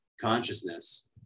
consciousness